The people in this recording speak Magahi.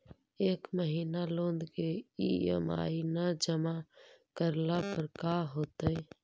एक महिना लोन के ई.एम.आई न जमा करला पर का होतइ?